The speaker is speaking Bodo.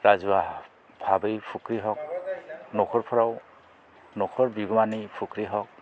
राजुवा भाबै फुख्रि हक नखरफ्राव नखर बिगोमानि फुख्रि हक